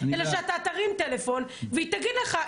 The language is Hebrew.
אלא שאתה תרים טלפון והיא תגיד לך.